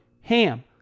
HAM